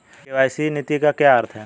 KYC नीति का क्या अर्थ है?